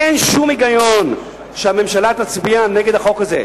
אין שום היגיון שהממשלה תצביע נגד החוק הזה.